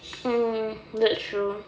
mmhmm that's true